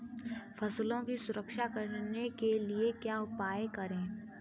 फसलों की सुरक्षा करने के लिए क्या उपाय करें?